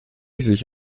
sich